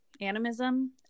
animism